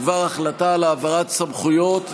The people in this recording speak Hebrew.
בדבר החלטתה על העברת סמכויות.